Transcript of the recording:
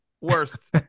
Worst